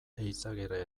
eizagirre